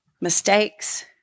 mistakes